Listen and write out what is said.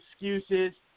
excuses